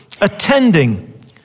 attending